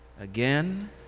again